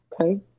okay